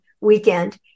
weekend